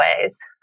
ways